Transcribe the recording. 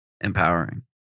empowering